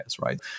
right